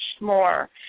more